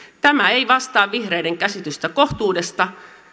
tämä ei vastaa vihreiden käsitystä kohtuudesta